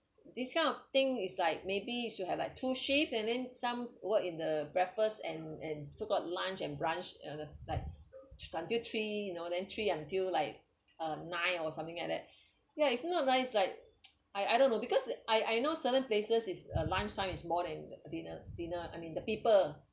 this kind of thing is like maybe you should have like two shift and then some work in the breakfast and and so called lunch and brunch and the like until three you know then three until like uh nine or something like that ya if not ah it's like I I don't know because I I know certain places is a lunchtime is more than dinner dinner I mean the people